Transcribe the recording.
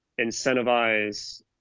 incentivize